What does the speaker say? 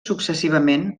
successivament